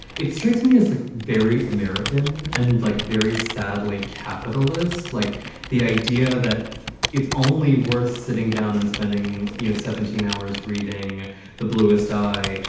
it strikes me as a like very american and like very sadly capitalist, like the idea that it's only worth sitting down and spending, you know, seventeen hours reading the bluest eye.